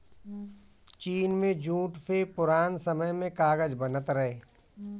चीन में जूट से पुरान समय में कागज बनत रहे